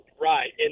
Right